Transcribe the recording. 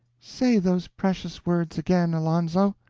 say those precious words again, alonzo!